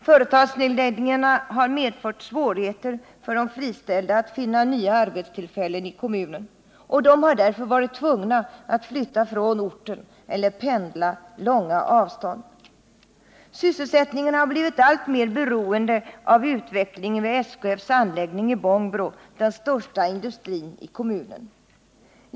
Företagsnedläggningarna har medfört svårigheter för de friställda att finna nya arbetstillfällen i kommunen, och de har därför varit tvungna att flytta från orten eller pendla långa avstånd. Sysselsättningen har blivit alltmer beroende av utvecklingen vid SKF:s anläggning i Bångbro, den största industrin i kommunen.